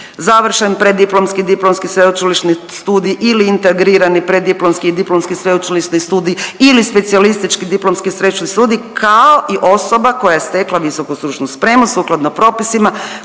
završen preddiplomski, diplomski sveučilišni studij ili integrirani preddiplomski i diplomski sveučilišni studij ili specijalistički diplomski sveučilišni studij kao i osoba koja je stekla visoku stručnu spremu sukladno propisima